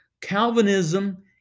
Calvinism